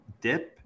dip